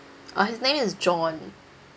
uh his name is john